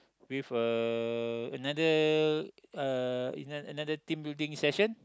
with a another uh another another team building session